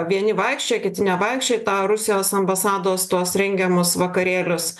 vieni vaikščiojo kiti nevaikščiojo į tą rusijos ambasados tuos rengiamus vakarėlius